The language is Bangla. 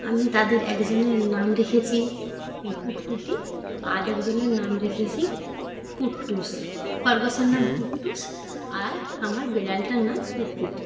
আমি তাদের একজনের নাম রেখেছি পুটপুটি আর একজনের নাম রেখেছি কুটটুস খরগোশের নাম কুটটুস আর আমার বেড়ালটার নাম পুটপুটি